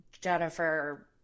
Jennifer